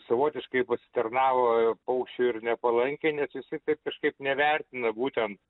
savotiškai pasitarnavo paukščiui ir nepalankiai nes jisai taip kažkaip nevertina būten